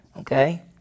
Okay